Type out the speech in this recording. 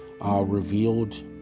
revealed